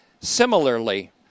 similarly